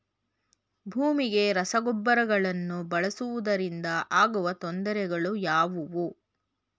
ಭೂಮಿಗೆ ರಸಗೊಬ್ಬರಗಳನ್ನು ಬಳಸುವುದರಿಂದ ಆಗುವ ತೊಂದರೆಗಳು ಯಾವುವು?